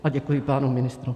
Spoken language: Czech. A děkuji pánům ministrům.